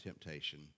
temptation